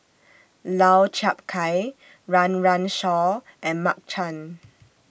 Lau Chiap Khai Run Run Shaw and Mark Chan